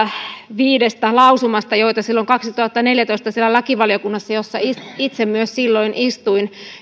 viidestä lausumasta jotka me laadimme silloin kaksituhattaneljätoista lakivaliokunnassa jossa itse myös silloin istuin